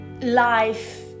life